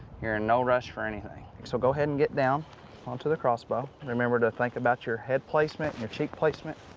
you're in no rush for anything. so go ahead and get down onto the crossbow. remember to think about your head placement and your cheek placement.